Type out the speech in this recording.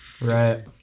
Right